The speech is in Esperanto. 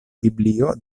biblio